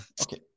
Okay